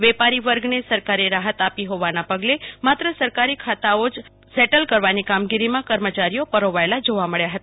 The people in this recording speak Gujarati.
વેપારી વર્ગને સરકારે રાહત આપી હોવાના પગલે માત્ર સરકારી ખાતાઓ જ સેટલ કરવાની કામગીરીમાં કર્મચારીઓ પરોવાયેલા જોવા મળ્યા હતા